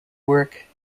work